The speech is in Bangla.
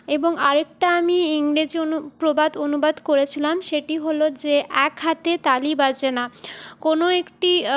এবং আরেকটা আমি ইংরেজি অনু প্রবাদ অনুবাদ করেছিলাম সেটি হল যে এক হাতে তালি বাজে না কোনো একটি